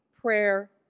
prayer